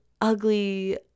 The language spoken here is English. ugly